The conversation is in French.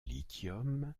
lithium